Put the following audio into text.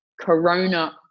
corona